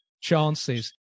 chances